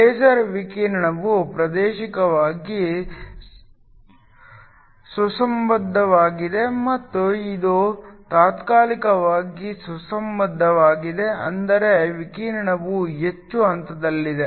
laser ವಿಕಿರಣವು ಪ್ರಾದೇಶಿಕವಾಗಿ ಸುಸಂಬದ್ಧವಾಗಿದೆ ಮತ್ತು ಇದು ತಾತ್ಕಾಲಿಕವಾಗಿ ಸುಸಂಬದ್ಧವಾಗಿದೆ ಅಂದರೆ ವಿಕಿರಣವು ಹೆಚ್ಚು ಹಂತದಲ್ಲಿದೆ